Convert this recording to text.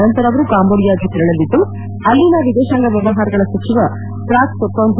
ನಂತರ ಅವರು ಕಾಂಬೋಡಿಯಾಗೆ ತೆರಳಲಿದ್ದು ಅಲ್ಲಿನ ವಿದೇಶಾಂಗ ವ್ಯವಹಾರಗಳ ಸಚಿವ ಪ್ರಾಕ್ ಸೊಕ್ಡೊನ್ನು